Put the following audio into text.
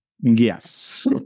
yes